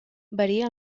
varia